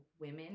women